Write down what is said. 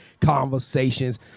conversations